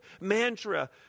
mantra